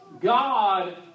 God